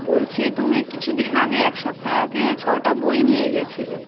বলছি তুমি কিছু দিন আগে এক সপ্তাহ আগে ছটা বই নিয়ে গেছিলে